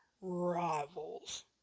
rivals